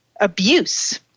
abuse